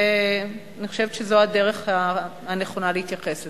ואני חושבת שזו הדרך הנכונה להתייחס לזה.